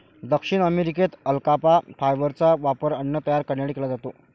दक्षिण अमेरिकेत अल्पाका फायबरचा वापर अन्न तयार करण्यासाठी केला जातो